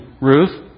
Ruth